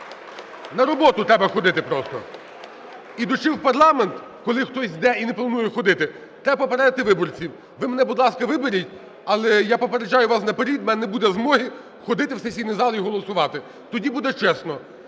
На роботу треба ходити просто. Ідучи в парламент, коли хтось йде і не планує ходити, треба попередити виборців: "Ви мене, будь ласка, виберіть, але я попереджаю вас наперед: у мене не буде змоги ходити в сесійний зал і голосувати". Тоді буде чесно.